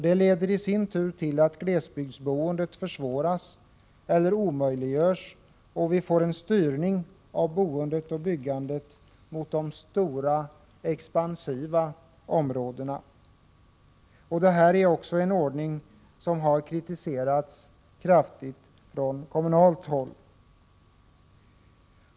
Det leder i sin tur till att glesbygdsboendet försvåras eller omöjliggörs, och vi får en styrning av boendet och byggandet mot de stora expansiva områdena. Det här är också en ordning som har kritiserats kraftigt från kommunalt håll.